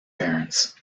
parents